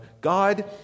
God